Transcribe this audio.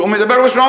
הוא מדבר בשמה,